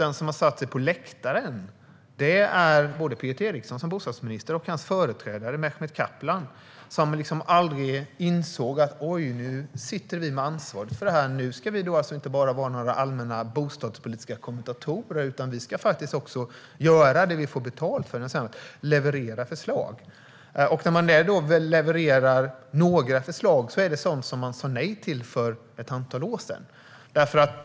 De som har satt sig på läktaren är bostadsminister Peter Eriksson och hans företrädare Mehmet Kaplan som aldrig insåg att de sitter med ansvaret för det här och alltså inte bara ska vara några allmänna bostadspolitiska kommentatorer, utan faktiskt också ska göra det de får betalt för, det vill säga leverera förslag. När man väl levererar några förslag är det sådant som man sa nej till för ett antal år sedan.